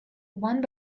one